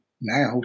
now